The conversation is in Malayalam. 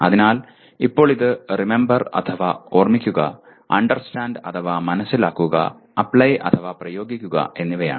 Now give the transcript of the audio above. അതിനാൽ ഇപ്പോൾ ഇത് റിമെമ്പർ അഥവാ ഓർമ്മിക്കുക 'അണ്ടർസ്റ്റാൻഡ് അഥവാ മനസിലാക്കുക 'അപ്ലൈ അഥവാ പ്രയോഗിക്കുക എന്നിവയാണ്